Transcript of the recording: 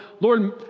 Lord